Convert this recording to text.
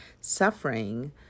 suffering